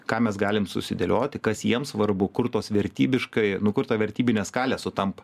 ką mes galim susidėlioti kas jiems svarbu kur tos vertybiškai nu kur ta vertybinė skalė sutampa